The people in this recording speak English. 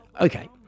okay